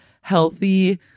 Healthy